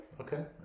Okay